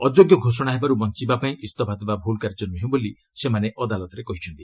ଅଯୋଗ୍ୟ ଘୋଷଣା ହେବାର୍ ବଞ୍ଚିବା ପାଇଁ ଇସ୍ତଫା ଦେବା ଭୂଲ୍ କାର୍ଯ୍ୟ ନୃହେଁ ବୋଲି ସେମାନେ ଅଦାଲତରେ କହିଛନ୍ତି